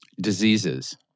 diseases